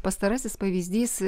pastarasis pavyzdys